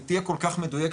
היא תהיה כל כך מדוייקת,